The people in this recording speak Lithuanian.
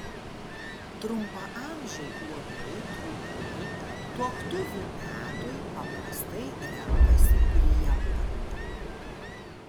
trumpaamžiai uodai trūkliai tuoktuvių metui paprastai renkasi prieblandą